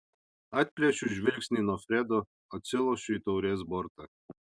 atplėšiu žvilgsnį nuo fredo atsilošiu į taurės bortą